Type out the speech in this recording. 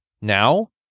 now